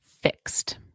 fixed